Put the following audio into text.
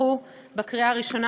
שתתמכו בקריאה הראשונה,